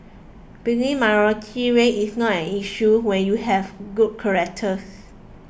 being a minority race is not an issue when you have good characters